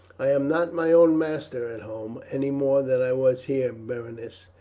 i am not my own master at home, any more than i was here, berenice,